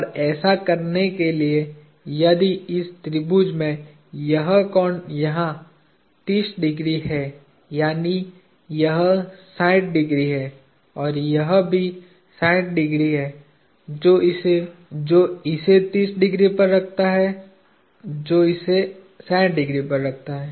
और ऐसा करने के लिए यदि इस त्रिभुज में यह कोण यहाँ 30° है यानी यह 60° है और यह भी 60° है जो इसे 30° पर रखता है जो इसे 60° पर रखता है